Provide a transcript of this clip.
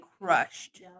crushed